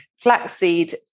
flaxseed